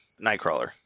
Nightcrawler